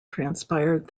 transpired